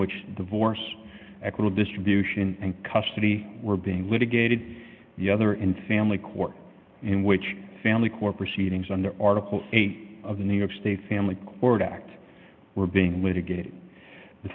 which divorce eckel distribution and custody were being litigated the other in family court in which family court proceedings under article eighty of new york state family court act were being litigated the